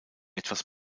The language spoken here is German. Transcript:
etwas